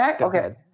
okay